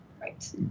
Right